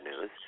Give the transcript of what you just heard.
news